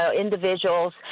individuals